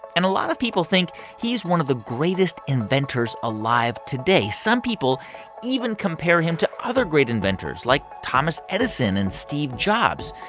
and a lot of people think he's one of the greatest inventors alive today. some people even compare him to other great inventors, like thomas edison and steve jobs,